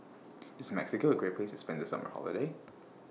IS Mexico A Great Place to spend The Summer Holiday